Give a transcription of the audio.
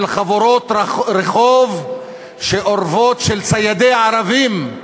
של חבורות רחוב שאורבות, של ציידי ערבים,